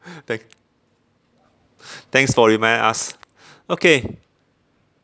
thank~ thanks for reminding us okay